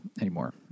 anymore